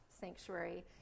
Sanctuary